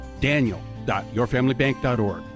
Daniel.YourFamilyBank.org